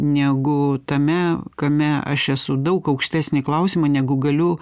negu tame kame aš esu daug aukštesnį klausimą negu galiu